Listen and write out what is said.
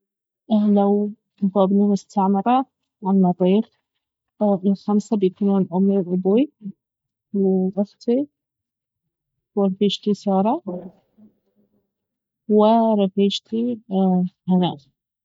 لو بابني مستعمرة على المريخ الخمسة بيكونون امي وابوي واختي ورفيجتي سارة ورفيجتي هناء